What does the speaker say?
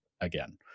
again